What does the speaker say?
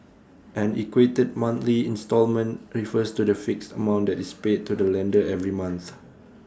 an equated monthly instalment refers to the fixed amount that is paid to the lender every month